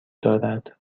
دارد